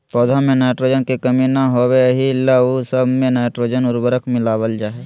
पौध में नाइट्रोजन के कमी न होबे एहि ला उ सब मे नाइट्रोजन उर्वरक मिलावल जा हइ